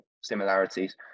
similarities